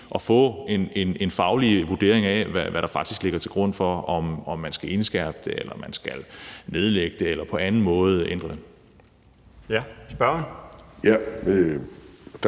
og få en faglig vurdering af, hvad der faktisk ligger til grund for, om man skal indskærpe det eller man skal nedlægge det eller på anden måde ændre det. Kl. 17:34 Den